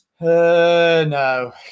No